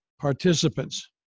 participants